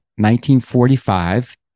1945